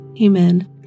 Amen